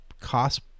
cost